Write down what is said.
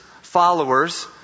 followers